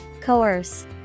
Coerce